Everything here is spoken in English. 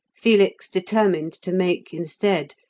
felix determined to make, instead,